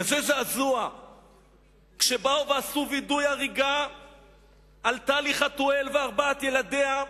כזה זעזוע כשבאו ועשו וידוא הריגה לטלי חטואל וארבעת ילדיה,